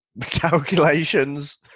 calculations